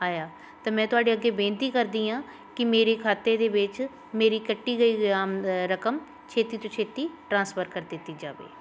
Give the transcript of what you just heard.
ਆਇਆ ਤਾਂ ਮੈਂ ਤੁਹਾਡੇ ਅੱਗੇ ਬੇਨਤੀ ਕਰਦੀ ਹਾਂ ਕਿ ਮੇਰੇ ਖਾਤੇ ਦੇ ਵਿੱਚ ਮੇਰੀ ਕੱਟੀ ਗਈ ਰਾਮ ਅ ਰਕਮ ਛੇਤੀ ਤੋਂ ਛੇਤੀ ਟਰਾਂਸਫਰ ਕਰ ਦਿੱਤੀ ਜਾਵੇ